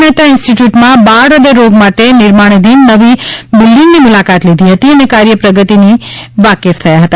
મહેતા ઈન્સ્ટિટ્યૂટમાં બાળ હ્યદયરોગ માટે નિર્માણધિન નવી બિલ્ડીંગની મુલાકાત લીધી હતી અને કાર્ય પ્રગતિ થી વાકેફ થયા હતા